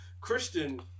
Christian